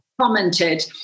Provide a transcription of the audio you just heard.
commented